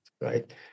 right